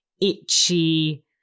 itchy